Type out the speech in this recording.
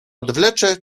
odwlecze